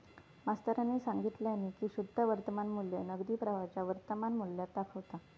मास्तरानी सांगितल्यानी की शुद्ध वर्तमान मू्ल्य नगदी प्रवाहाच्या वर्तमान मुल्याक दाखवता